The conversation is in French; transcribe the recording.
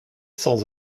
sans